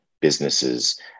businesses